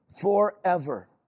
forever